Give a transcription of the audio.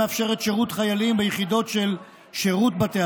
המאפשרת שירות חיילים ביחידות של שירות בתי